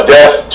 death